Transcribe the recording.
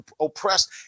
oppressed